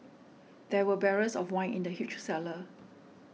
there were barrels of wine in the huge cellar